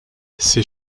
ces